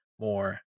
more